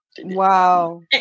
Wow